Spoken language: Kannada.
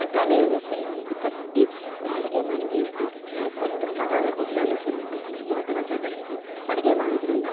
ತಲೆಯನ್ನು ಫುಲ್ ಕಟ್ಟಿ ಅಡುಗೆ ಮಾಡಬೇಕು ಈ ಫುಲ್ ಕ ತಲೆ ಕೂದಲನ್ನು ಫುಲ್ ಬಿಡಿಸಿ ಅಥವಾ ಚದುರಿಸಿ ಅಡುಗೆ ಮಾಡೋದರಿಂದ